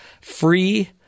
free